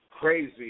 crazy